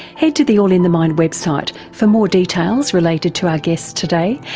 head to the all in the mind website for more details related to our guests today.